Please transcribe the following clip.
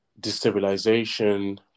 destabilization